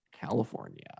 California